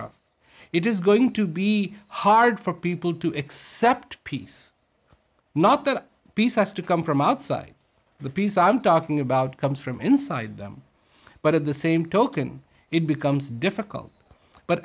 of it is going to be hard for people to accept peace not that peace has to come from outside the peace i'm talking about comes from inside them but at the same token it becomes difficult but